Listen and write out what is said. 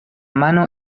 mano